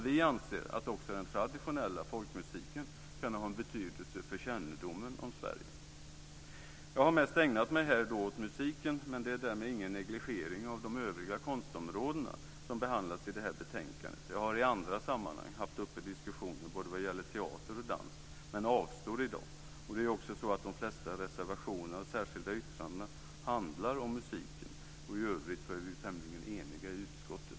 Vi anser att också den traditionella folkmusiken kan ha en betydelse för kännedomen om Sverige. Jag har här mest ägnat mig åt musiken, men det är därmed ingen negligering av övriga konstområden som behandlas i betänkandet. Jag har i andra sammanhang diskuterat både teater och dans men avstår i dag från att göra det. Det är också så att de flesta reservationer och särskilda yttranden i betänkandet handlar om musiken. I övrigt är vi tämligen eniga i utskottet.